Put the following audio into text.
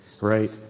right